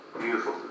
Beautiful